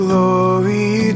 Glory